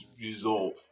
resolve